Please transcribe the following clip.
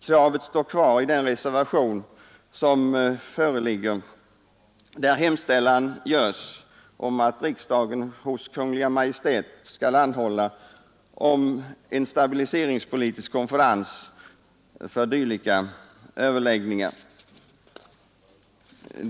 Kravet står kvar i den reservation som föreligger, där hemställan görs om att riksdagen hos Kungl. Maj:t skall anhålla om att en stabiliseringspolitisk konferens för dylika överläggningar sammankallas.